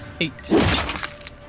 eight